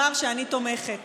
שאני תומכת